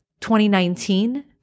2019